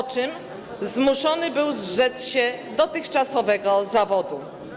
po czym zmuszony był zrzec się dotychczasowego zawodu.